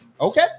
Okay